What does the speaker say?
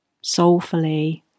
soulfully